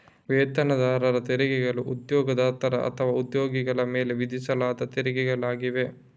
ವೇತನದಾರರ ತೆರಿಗೆಗಳು ಉದ್ಯೋಗದಾತರು ಅಥವಾ ಉದ್ಯೋಗಿಗಳ ಮೇಲೆ ವಿಧಿಸಲಾದ ತೆರಿಗೆಗಳಾಗಿವೆ